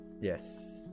Yes